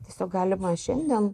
tiesiog galima šiandien